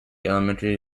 elementary